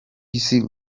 isi